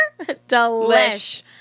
delish